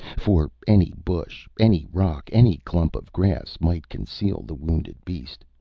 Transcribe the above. for any bush, any rock, any clump of grass might conceal the wounded beast.